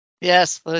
Yes